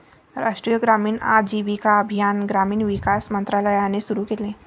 राष्ट्रीय ग्रामीण आजीविका अभियान ग्रामीण विकास मंत्रालयाने सुरू केले